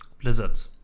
blizzards